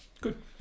good